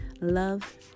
Love